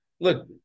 look